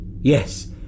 Yes